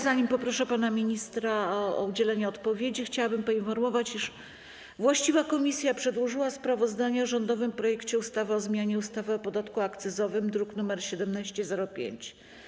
Zanim poproszę pana ministra o udzielenie odpowiedzi, chciałbym poinformować, iż właściwa komisja przedłożyła sprawozdanie o rządowym projekcie ustawy o zmianie ustawy o podatku akcyzowym, druk nr 1705.